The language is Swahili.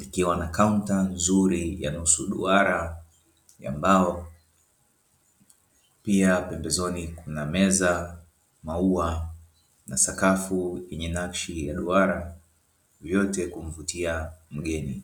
likiwa na kaunta nzuri ya nusu duara ya mbao pia pembezoni kuna meza, mauwa na sakafu yenye nakshi ya duara yote kumvutia mgeni.